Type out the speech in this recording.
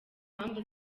impamvu